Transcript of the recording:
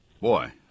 Boy